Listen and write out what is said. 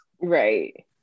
Right